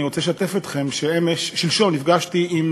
אני רוצה לשתף אתכם ששלשום נפגשתי עם